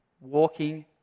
walking